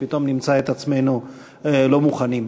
שפתאום נמצא את עצמנו לא מוכנים,